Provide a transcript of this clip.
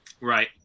right